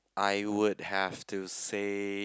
I would have to say